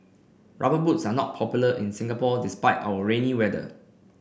rubber boots are not popular in Singapore despite our rainy weather